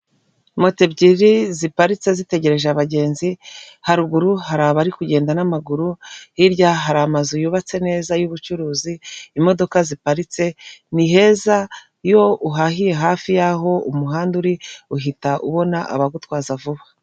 Moto ebyiri ziparitse zitegereje abagenzi, haruguru hari abari kugenda n'amaguru, hirya hari amazu yubatse neza y'ubucuruzi, imodoka ziparitse ni heza iyo uhahiye hafi y'aho umuhanda uri uhita ubona abagutwaza vuba.